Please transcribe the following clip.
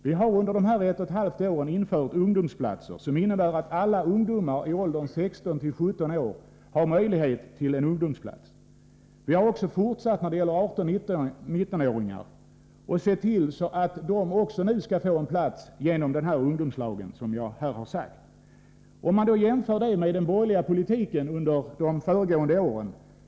Vi har dock under dessa 1,5 år infört ungdomsarbetsplatser, som innebär att alla unga i åldern 16-17 år har möjlighet till ett arbete. Vi har fortsatt när det gäller 18-19-åringar och sett till att även de kan få ett arbete genom lagen om ungdomslag. Man kan jämföra detta med den borgerliga politiken under de föregående åren.